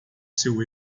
seu